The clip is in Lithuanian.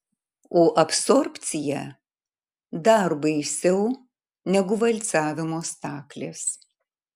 o absorbcija dar baisiau negu valcavimo staklės